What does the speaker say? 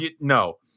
no